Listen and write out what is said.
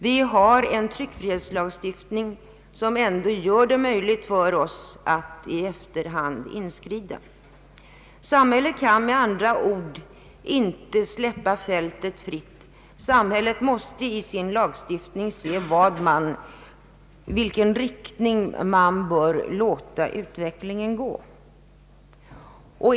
Vi har en tryckfrihetslagstiftning som ändå gör det möjligt för oss att inskrida i efterhand. Samhället kan med andra ord inte släppa fältet fritt. Samhället måste i sitt lagstiftningsarbete se i vilken riktning man bör låta utvecklingen gå.